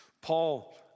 Paul